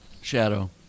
shadow